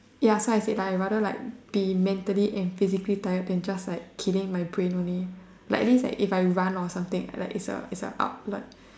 ya so I said I'd rather like be like mental and physically tired than just like killing my brain only like atleast when I run or something it's an upload